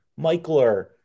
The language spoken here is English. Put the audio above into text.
Michler